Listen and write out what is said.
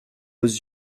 aux